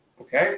Okay